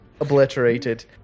obliterated